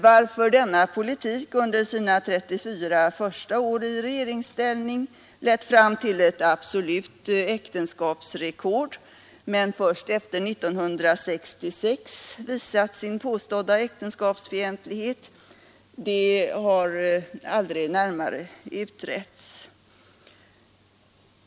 Varför denna politik under sina 34 första år i regeringsställning lett fram till ett absolut äktenskapsrekord men först efter 1966 visat sin påstådda äktenskapsfientlighet har aldrig närmare utretts.